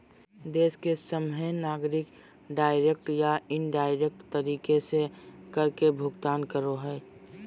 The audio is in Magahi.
देश के सभहे नागरिक डायरेक्ट या इनडायरेक्ट तरीका से कर के भुगतान करो हय